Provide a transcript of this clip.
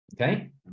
okay